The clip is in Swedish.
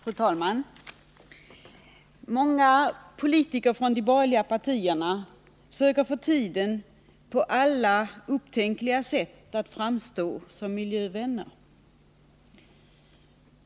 Fru talman! Många politiker från de borgerliga partierna söker nu för tiden på alla upptänkliga sätt framstå som miljövänner.